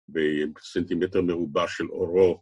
בסנטימטר מעובה של אורו